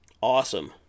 Awesome